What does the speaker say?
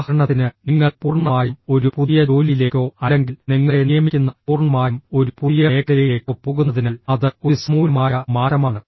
ഉദാഹരണത്തിന് നിങ്ങൾ പൂർണ്ണമായും ഒരു പുതിയ ജോലിയിലേക്കോ അല്ലെങ്കിൽ നിങ്ങളെ നിയമിക്കുന്ന പൂർണ്ണമായും ഒരു പുതിയ മേഖലയിലേക്കോ പോകുന്നതിനാൽ അത് ഒരു സമൂലമായ മാറ്റമാണ്